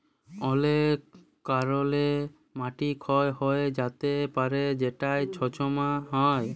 অলেক কারলে মাটি ক্ষয় হঁয়ে য্যাতে পারে যেটায় ছমচ্ছা হ্যয়